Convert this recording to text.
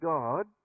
God